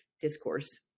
discourse